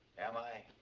am i?